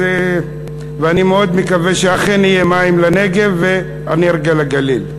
ואני מאוד מקווה שאכן יהיו מים לנגב ואנרגיה לגליל,